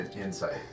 insight